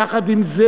יחד עם זה,